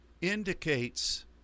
indicates